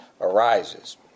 arises